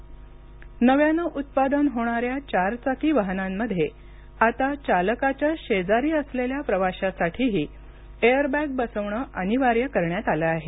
चारचाकी एअरबॅग्ज नव्यानं उत्पादन होणाऱ्या चारचाकी वाहनांमध्ये आता चालकाच्या शेजारी असलेल्या प्रवाशासाठीही एअर बॅग बसवणं अनिवार्य करण्यात आलं आहे